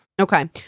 Okay